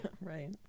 Right